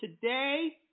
today